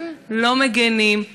לא מגינים,